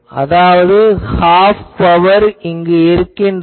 அதாவது half power இங்கு இருக்கிறது